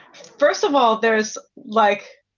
first of all, there is like.